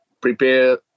prepare